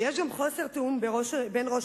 אנחנו רואים שיש גם חוסר תיאום בין ראש